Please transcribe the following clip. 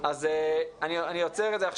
-- אני עוצר את זה עכשיו.